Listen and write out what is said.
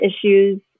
issues